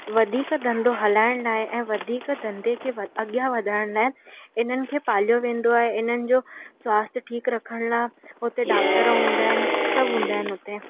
वधीक धंधो हलाइण लाइ ऐं वधीक धंधे खे व अॻियां वधाइण लाइ इन्हनि खे पालियो वेंदो आहे इन्हनि जो स्वास्थ्य ठीकु रखण लाइ हुते डॉक्टर हूंदा आहिनि सभु हूंदा आहिनि हुते